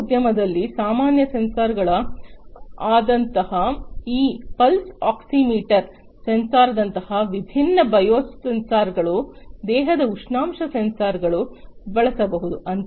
ಆರೋಗ್ಯ ಉದ್ಯಮದಲ್ಲಿ ಸಾಮಾನ್ಯ ಸೆನ್ಸಾರ್ ಗಳ ಆದಂತಹ ಈ ಪಲ್ಸ್ ಆಕ್ಸಿಮೀಟರ್ ಸೆನ್ಸಾರ್ ದಂತಹ ವಿಭಿನ್ನ ಬಯೋಸೆನ್ಸರ್ಗಳು ದೇಹದ ಉಷ್ಣಾಂಶ ಸೆನ್ಸಾರ್ಗಳನ್ನು ಬಳಸಬಹುದು